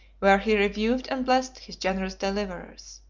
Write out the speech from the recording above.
where he reviewed and blessed his generous deliverers.